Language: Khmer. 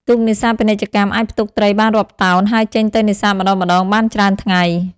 ទូកនេសាទពាណិជ្ជកម្ម អាចផ្ទុកត្រីបានរាប់តោន ហើយចេញទៅនេសាទម្តងៗបានច្រើនថ្ងៃ។